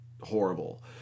horrible